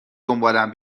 دنبالم